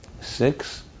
six